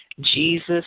Jesus